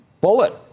Bullet